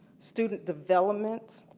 student development,